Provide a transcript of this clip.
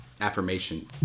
affirmation